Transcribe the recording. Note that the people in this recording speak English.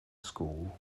school